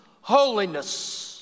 holiness